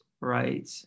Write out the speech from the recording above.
right